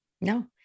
No